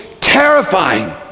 terrifying